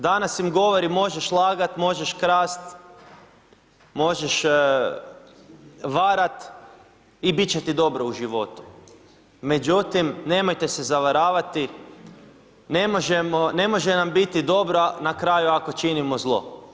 Danas im govori možeš lagat, možeš krast, možeš varat i bit će ti dobro u životu, međutim nemojte se zavaravati ne možemo, ne može nam biti dobro na kraju ako činimo zlo.